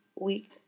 week